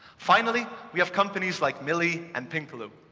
finally, we have companies like millie and pinkaloo